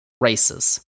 races